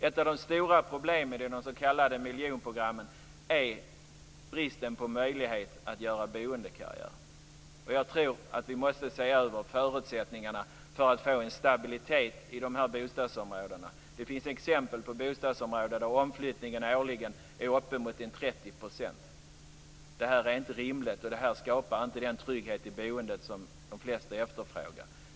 Ett av de stora problemen inom de s.k. miljonprogrammen är bristen på möjlighet att göra boendekarriär. Och jag tror att vi måste se över förutsättningarna för att få en stabilitet i dessa bostadsområden. Det finns exempel på bostadsområden där omflyttningen årligen är närmare 30 %. Det är inte rimligt, och det skapar inte den trygghet i boendet som de flesta efterfrågar.